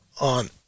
on